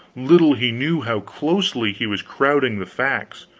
little he knew how closely he was crowding the facts.